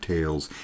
Tales